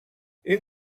این